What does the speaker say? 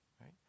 right